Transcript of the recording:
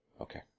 Okay